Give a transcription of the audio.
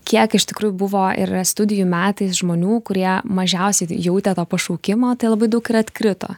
kiek iš tikrųjų buvo ir studijų metais žmonių kurie mažiausiai jautė tą pašaukimą tai labai daug ir atkrito